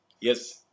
Yes